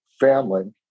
family